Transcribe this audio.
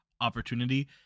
opportunity